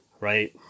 right